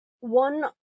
one